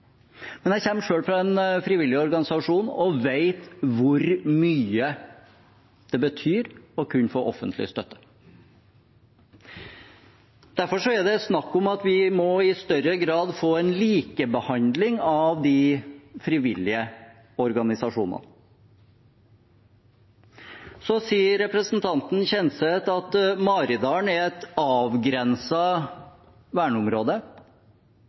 Jeg kommer selv fra en frivillig organisasjon og vet hvor mye det betyr å kunne få offentlig støtte. Derfor er det snakk om at vi i større grad må få en likebehandling av de frivillige organisasjonene. Så sier representanten Kjenseth at Maridalen er et